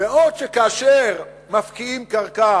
בעוד שכאשר מפקיעים קרקע